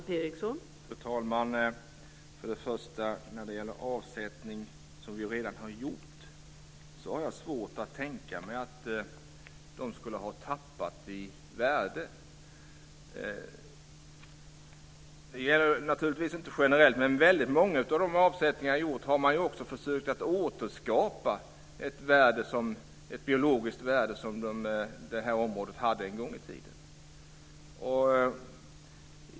Fru talman! Först och främst har jag svårt att tänka mig att avsättningar som redan har gjorts skulle ha tappat i värde. Det gäller naturligtvis inte generellt, men vid väldigt många av de avsättningar som har gjorts har man försökt att återskapa det biologiska värde som området hade en gång i tiden.